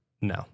no